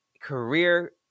career